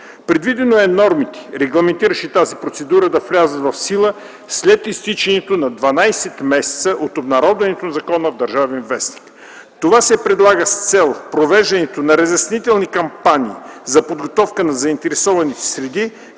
Предвидено е нормите, регламентиращи тази процедура, да влязат в сила след изтичането на 12 месеца от обнародването на закона в „Държавен вестник”. Това се предлага с цел провеждането на разяснителни кампании за подготовка на заинтересованите среди,